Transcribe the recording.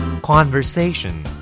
Conversation